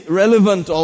relevant